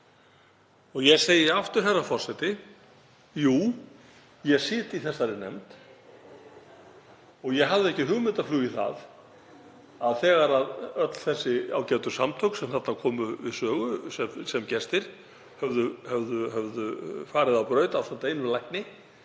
Ég segi aftur, herra forseti: Jú, ég sit í þessari nefnd en ég hafði ekki hugmyndaflug í það að þegar öll þessi ágætu samtök sem þarna komu við sögu sem gestir höfðu farið á braut ásamt einum lækni,